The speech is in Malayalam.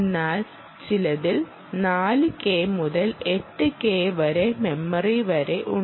എന്നാൽ ചിലതിൽ 4K മുതൽ 8K വരെ മെമ്മറി വരെ ഉണ്ട്